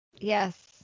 Yes